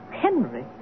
Henry